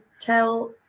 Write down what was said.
tell